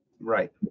Right